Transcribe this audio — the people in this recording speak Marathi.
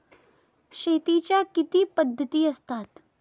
शेतीच्या किती पद्धती असतात?